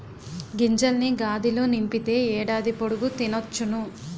గింజల్ని గాదిలో నింపితే ఏడాది పొడుగు తినొచ్చును